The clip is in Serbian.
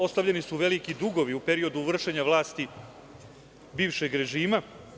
Ostavljeni su veliki dugovi u periodu vršenja vlasti bivšeg režima.